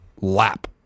lap